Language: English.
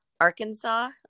arkansas